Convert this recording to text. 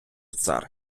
цар